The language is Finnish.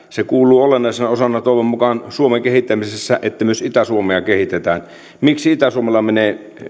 se kuuluu olennaisena osana toivon mukaan suomen kehittämiseen että myös itä suomea kehitetään miksi itä suomella menee